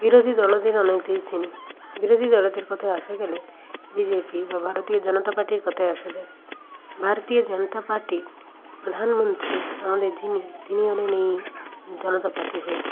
বিরোধী দলেদের অনেককেই চিনি বিরোধী দলেদের কথায় আসা গেলে বিজেপি বা ভারতীয় জনতা পার্টির কথায় আসা যায় ভারতীয় জনতা পার্টির প্রধানমন্ত্রী আমাদের যিনি তিনি হলেন এই জনতা পার্টির হেড